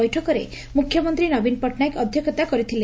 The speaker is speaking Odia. ବୈଠକରେ ମୁଖ୍ୟମନ୍ତୀ ନବୀନ ପଟ୍ଟନାୟକ ଅଧ୍ଘକ୍ଷତା କରିଥିଲେ